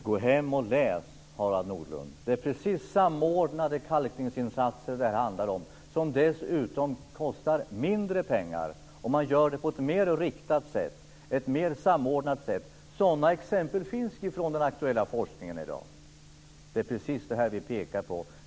Fru talman! Gå hem och läs, Harald Nordlund! Samordnade kalkningsinsatser är precis vad det handlar om, insatser som dessutom kostar mindre pengar om man gör dem på ett mer riktat sätt, ett mer samordnat sätt. Sådana exempel finns från den aktuella forskningen i dag. Det är precis det vi pekar på.